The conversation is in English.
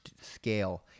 scale